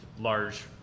large